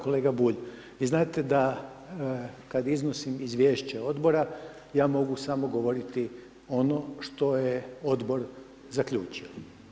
Kolega Bulj, vi znate da kad iznosim izvješće odbora ja mogu samo govoriti ono što je odbor zaključio.